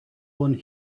one